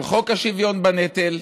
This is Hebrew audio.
על חוק השוויון בנטל,